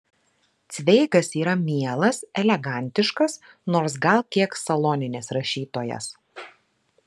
cveigas yra mielas elegantiškas nors gal kiek saloninis rašytojas